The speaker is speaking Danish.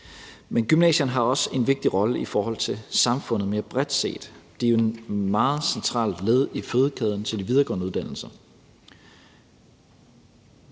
Men gymnasierne spiller også en vigtig rolle i forhold til samfundet mere bredt set. De er jo et meget centralt led i fødekæden til de videregående uddannelser.